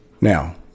Now